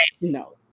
no